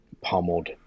pummeled